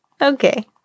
Okay